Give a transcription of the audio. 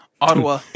Ottawa